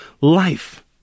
life